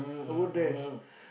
I would dare